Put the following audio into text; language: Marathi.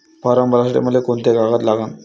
फारम भरासाठी मले कोंते कागद लागन?